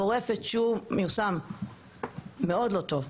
גורפת שהוא מיושם מאוד לא טוב.